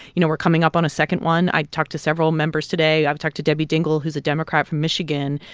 you know, we're coming up on a second one i talked to several members today. i've talked to debbie dingell, who's a democrat from michigan,